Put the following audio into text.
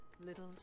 little